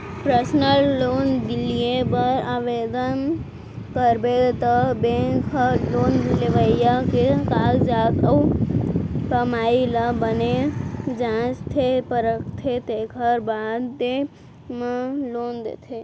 personal loan लिये बर ओवदन करबे त बेंक ह लोन लेवइया के कागजात अउ कमाई ल बने जांचथे परखथे तेकर बादे म लोन देथे